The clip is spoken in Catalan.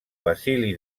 basili